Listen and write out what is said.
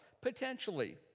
potentially